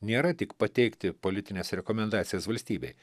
nėra tik pateikti politines rekomendacijas valstybei